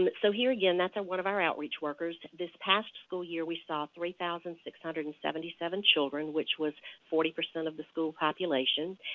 but so here again, that's ah one of our outreach workers. this past school year we saw three thousand six hundred and seventy seven children, which was forty percent of the school population.